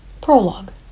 Prologue